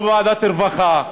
לא בוועדת הרווחה.